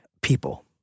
people